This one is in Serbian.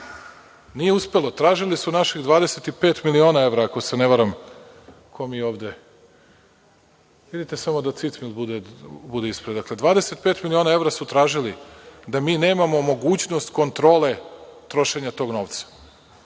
nije uspelo, tražili su naših 25 miliona evra, ako se ne varam. Ko mi je ovde? Vidite samo da Cicmil bude ispred. Dakle, 25 miliona evra su tražili da mi nemamo mogućnost kontrole trošenja tog novca.